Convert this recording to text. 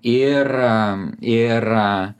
ir ir